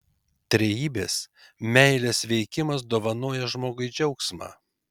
trejybės meilės veikimas dovanoja žmogui džiaugsmą